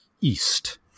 east